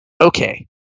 okay